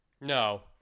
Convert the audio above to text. No